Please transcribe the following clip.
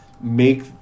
make